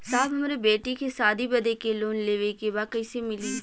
साहब हमरे बेटी के शादी बदे के लोन लेवे के बा कइसे मिलि?